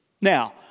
Now